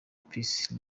peace